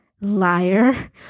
liar